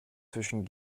zwischen